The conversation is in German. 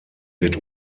wird